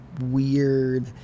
weird